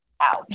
ouch